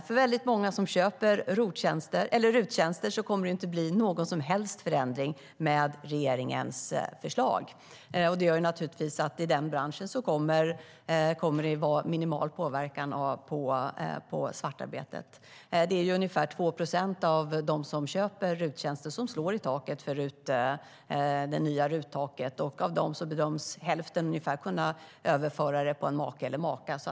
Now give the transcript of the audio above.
För väldigt många som köper RUT-tjänster kommer det inte att bli någon som helst förändring med regeringens förslag. Detta gör naturligtvis att det kommer att vara en minimal påverkan på svartarbetet i den branschen. Det är ungefär 2 procent av dem som köper RUT-tjänster som slår i det nya RUT-taket, och av dem bedöms ungefär hälften kunna överföra det på en make eller maka.